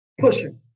pushing